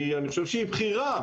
אני חושב שהיא בחירה,